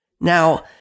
Now